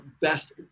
best